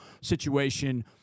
situation